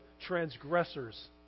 transgressors